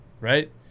right